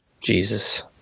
Jesus